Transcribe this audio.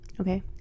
okay